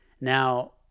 now